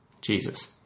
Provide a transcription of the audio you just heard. Jesus